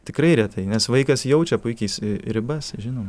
tikrai retai nes vaikas jaučia puikiai jis ribas žinoma